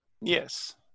Yes